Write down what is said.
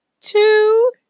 two